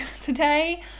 today